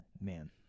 man